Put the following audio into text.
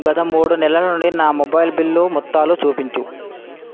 గత మూడు నెలల నుండి నా మొబైల్ బిల్లు మొత్తాలు చూపించు